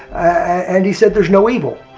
and he said, there's no evil.